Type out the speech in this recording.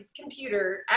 computer